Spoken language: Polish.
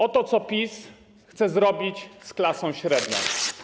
Oto, co PiS chce zrobić z klasą średnią.